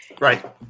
Right